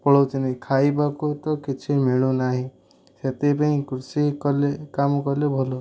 ପଳାଉଛନ୍ତି ଖାଇବାକୁ ତ କିଛି ମିଳୁନାହିଁ ସେଥିପାଇଁ କୃଷି କଲେ କାମ କଲେ ଭଲ